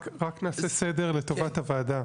רק נעשה סדר לטובת הוועדה,